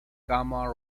gamma